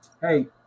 hey